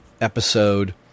episode